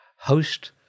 host